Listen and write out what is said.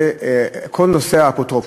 זה כל נושא האפוטרופוס.